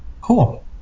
cool